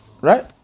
Right